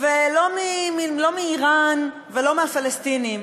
לא מאיראן ולא מהפלסטינים,